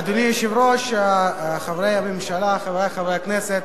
אדוני היושב-ראש, חברי הממשלה, חברי חברי הכנסת,